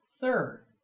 third